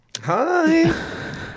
Hi